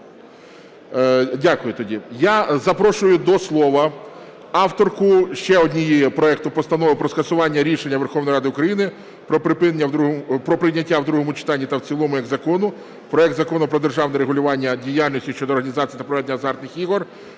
Дякую тоді. Я запрошую до слова авторку ще однієї проекту Постанови про скасування рішення Верховної Ради України про прийняття в другому читанні та в цілому як закон проект Закону про державне регулювання діяльності щодо організації та проведення азартних ігор